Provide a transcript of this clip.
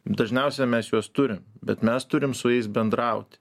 dažniausiai mes juos turim bet mes turim su jais bendrauti